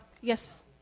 Yes